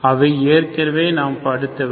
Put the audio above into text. அவை ஏற்கனவே நாம் படித்தவை